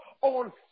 on